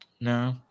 No